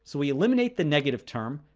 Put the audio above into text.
so we eliminate the negative term,